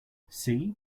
see